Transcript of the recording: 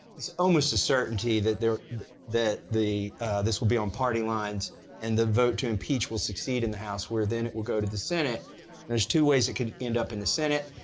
it's almost a certainty that there that this will be on party lines and the vote to impeach will succeed in the house where then it will go to the senate and there's two ways it could end up in the senate.